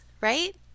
right